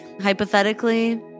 Hypothetically